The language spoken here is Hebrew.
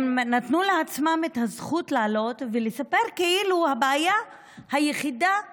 הם נתנו לעצמם את הזכות לעלות ולספר כאילו הבעיה היחידה היא